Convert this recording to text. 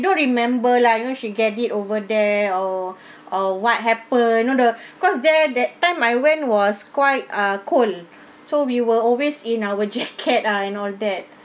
don't remember lah you know she get it over there or or what happened you know the cause there that time I went was quite ah cold so we were always in our jacket ah and all that